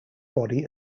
body